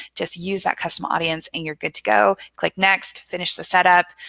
just use that custom audience and you're good to go. click next, finish the setup.